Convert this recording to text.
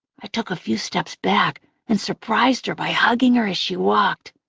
i took a few steps back and surprised her by hugging her as she walked.